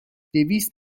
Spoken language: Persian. دویست